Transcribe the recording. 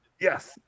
Yes